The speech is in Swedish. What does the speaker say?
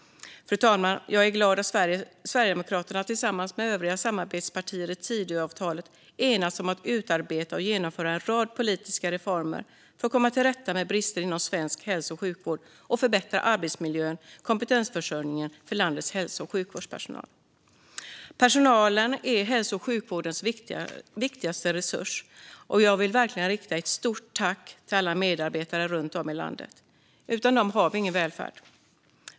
Fru talman! Jag är glad över att Sverigedemokraterna tillsammans med övriga samarbetspartier i Tidöavtalet har enats om att utarbeta och genomföra en rad politiska reformer för att komma till rätta med brister inom svensk hälso och sjukvård och förbättra arbetsmiljön och kompetensförsörjningen för landets hälso och sjukvårdspersonal. Personalen är hälso och sjukvårdens viktigaste resurs. Jag vill verkligen rikta ett stort tack till alla medarbetare runt om i landet. Utan dem har vi ingen välfärd.